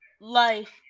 life